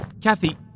Kathy